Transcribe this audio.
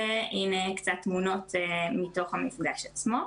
והנה קצת תמונות מתוך המפגש עצמו.